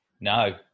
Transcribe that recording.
No